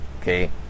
Okay